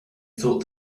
thought